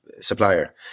supplier